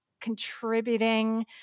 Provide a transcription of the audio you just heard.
contributing